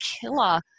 killer